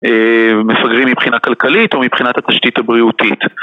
מפגרים מבחינה כלכלית או מבחינת התשתית הבריאותית